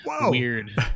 weird